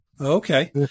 Okay